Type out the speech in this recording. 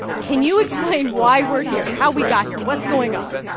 can you explain why we're here, how we got here, what's going on?